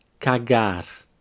cagar